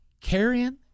carrying